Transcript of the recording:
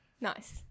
Nice